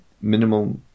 minimal